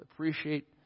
Appreciate